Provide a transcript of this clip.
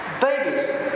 babies